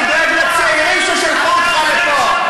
אני דואג לצעירים ששלחו אותך לפה,